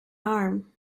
arm